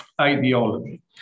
ideology